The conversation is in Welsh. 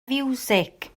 fiwsig